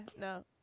No